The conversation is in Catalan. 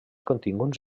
continguts